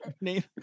Name